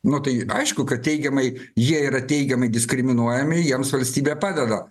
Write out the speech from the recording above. nu tai aišku kad teigiamai jie yra teigiamai diskriminuojami jiems valstybė padeda